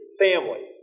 family